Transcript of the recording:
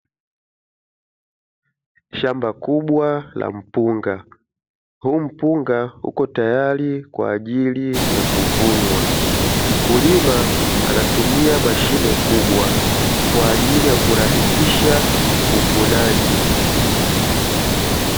Shamba kubwa la mpunga, huu mpunga uko tayari kwaajili ya kuvunwa, mkulima anatumia mashine kubwa kwa ajili ya kurahisisha uvunaji.